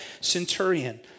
centurion